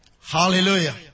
Hallelujah